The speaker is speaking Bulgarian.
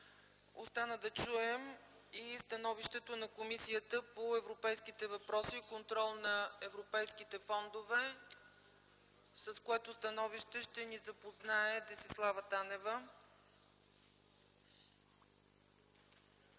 Остана да чуем и становището на Комисията по европейските въпроси и контрол на европейските фондове, с което ще ни запознае Десислава Танева.